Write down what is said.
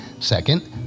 Second